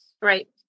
Right